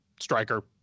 striker